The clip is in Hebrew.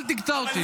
אל תקטע אותי.